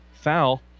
Foul